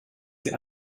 sie